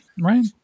right